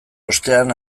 ostean